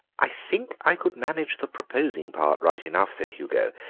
i think i could manage the proposing part right enough, said hugo,